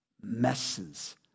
messes